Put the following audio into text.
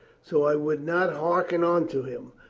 so i would not harken unto him,